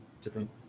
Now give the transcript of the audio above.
different